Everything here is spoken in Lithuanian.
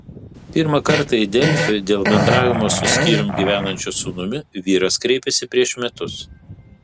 pirmą kartą į delfi dėl bendravimo su skyrium gyvenančiu sūnumi vyras kreipėsi prieš metus